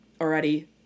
already